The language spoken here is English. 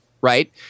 right